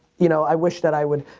you know i wish that i would